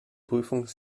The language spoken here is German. prüfung